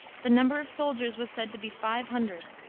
the number of soldiers was said to be five hundred.